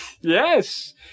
Yes